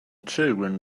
children